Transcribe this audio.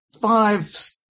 five